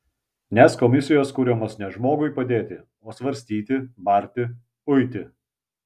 nes komisijos kuriamos ne žmogui padėti o svarstyti barti uiti